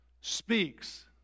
speaks